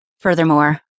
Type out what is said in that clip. Furthermore